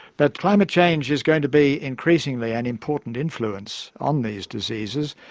but climate change is going to be increasingly an important influence on these diseases.